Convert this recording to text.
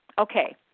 Okay